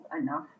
enough